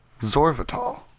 Zorvital